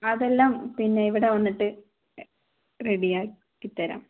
അതെല്ലാം പിന്നെ ഇവിടെ വന്നിട്ട് റെഡി ആക്കിത്തരാം